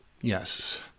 Yes